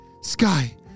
Sky